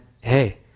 Hey